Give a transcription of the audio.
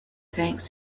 thanks